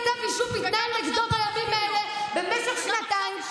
כתב אישום מתנהל נגדו בימים האלה במשך שנתיים.